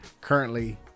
currently